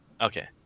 Okay